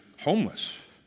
homeless